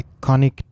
iconic